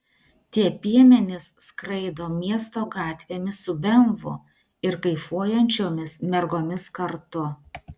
tie piemenys skraido miesto gatvėmis su bemvu ir kaifuojančiomis mergomis kartu